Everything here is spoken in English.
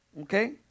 Okay